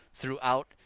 Throughout